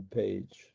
page